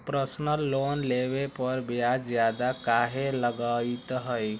Personal loan लेबे पर ब्याज ज्यादा काहे लागईत है?